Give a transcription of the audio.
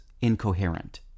incoherent